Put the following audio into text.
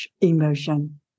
emotion